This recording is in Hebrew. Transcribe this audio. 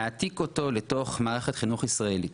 להעתיק אותו לתוך מערכת חינוך ישראלית,